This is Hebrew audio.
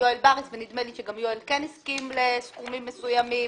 יואל בריס ונדמה לי שגם יואל בריס כן הסכים לסכומים מסוימים.